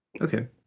Okay